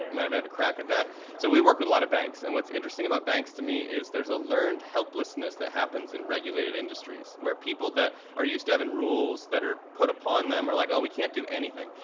and i have a crack at and that? so we work with a lot of banks, and what's interesting about banks to me is there's a learned helplessness that happens in regulated industries where people that are used to having rules that are put upon them are like, oh we can't do anything.